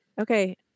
Okay